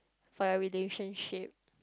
for your relationship